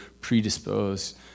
predisposed